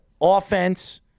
offense